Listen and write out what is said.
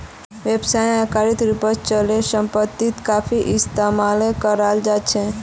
व्यवसायेर आकारेर रूपत अचल सम्पत्ति काफी इस्तमाल कराल जा छेक